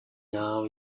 now